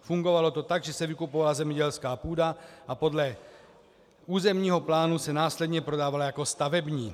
Fungovalo to tak, že se vykupovala zemědělská půda a podle územního plánu se následně prodávala jako stavební.